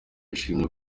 yashimye